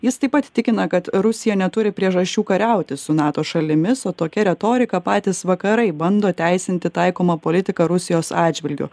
jis taip pat tikina kad rusija neturi priežasčių kariauti su nato šalimis o tokia retorika patys vakarai bando teisinti taikomą politiką rusijos atžvilgiu